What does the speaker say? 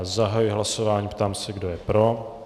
Zahajuji hlasování a ptám se, kdo je pro.